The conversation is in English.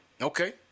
Okay